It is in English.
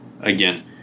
again